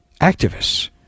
activists